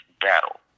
battle